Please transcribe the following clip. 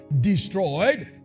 destroyed